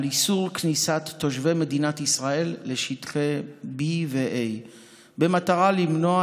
על איסור כניסת תושבי מדינת ישראל לשטחי B ו-A במטרה למנוע